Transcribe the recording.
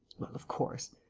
well, of course.